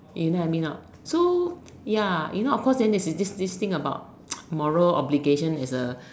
you know what I mean or not so ya you know of course then there is this this thing about moral obligation as a